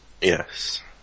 Yes